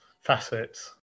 facets